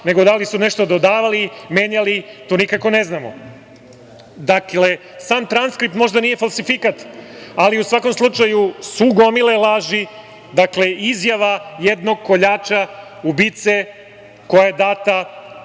nego da li su nešto dodavali, menjali, to nikako ne znamo. Dakle, sam transkript možda nije falsifikat, ali u svakom slučaju su gomile laži, dakle izjava jednog koljača, ubice, koja je data 5.